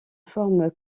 forme